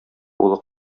улы